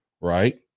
right